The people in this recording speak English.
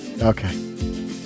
okay